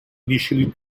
initially